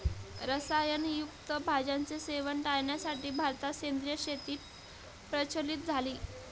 रसायन युक्त भाज्यांचे सेवन टाळण्यासाठी भारतात सेंद्रिय शेती प्रचलित झाली